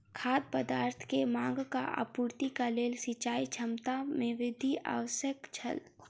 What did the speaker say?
खाद्य पदार्थ के मांगक आपूर्तिक लेल सिचाई क्षमता में वृद्धि आवश्यक छल